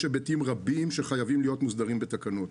היבטים רבים שחייבים להיות מוסדרים בתקנות.